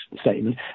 statement